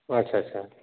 ᱟᱪᱪᱷᱟ ᱟᱪᱪᱷᱟ